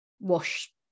wash